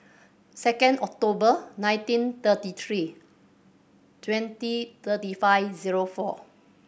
second October nineteen thirty three twenty thirty five zero four